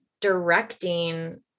directing